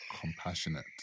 compassionate